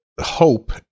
hope